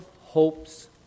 hopes